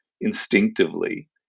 instinctively